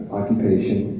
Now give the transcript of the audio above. occupation